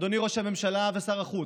אדוני ראש הממשלה ושר החוץ,